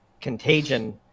contagion